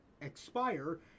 expire